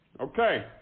Okay